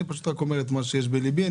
אני אומר את מה שיש בליבי.